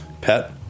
pet